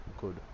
good